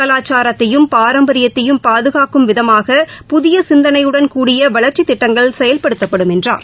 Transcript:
கலாச்சாரத்தையும் பாரம்பரியத்தையும் பாதுகாக்கும் விதமாக புதியசிந்தனையுடன் கூடிய வளர்ச்சித் திட்டங்கள் செயல்படுத்தப்படும் என்றார்